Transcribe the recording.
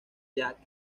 jack